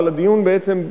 אבל הדיון בעצם,